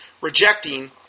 rejecting